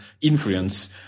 Influence